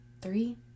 Three